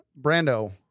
Brando